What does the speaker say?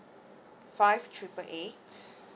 five triple eight